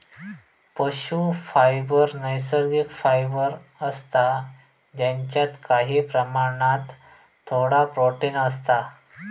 पशू फायबर नैसर्गिक फायबर असता जेच्यात काही प्रमाणात थोडा प्रोटिन असता